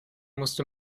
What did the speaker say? musste